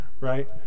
right